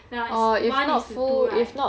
ya it's one is to two right